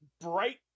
bright